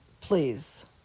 please